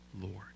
Lord